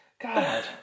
God